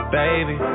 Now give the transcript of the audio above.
baby